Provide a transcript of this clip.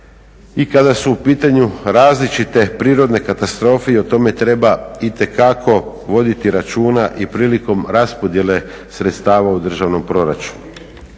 i kada su u pitanju različite prirodne katastrofe i o tome treba itekako voditi računa i prilikom raspodjele sredstava u državnom proračunu.